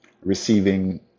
receiving